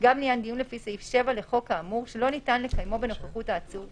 גם לעניין דיון לפי סעיף 7 לחוק האמור שלא ניתן לקיימו בנוכחות העצור,